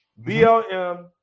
BLM